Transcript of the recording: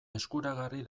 eskuragarri